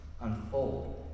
unfold